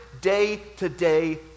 day-to-day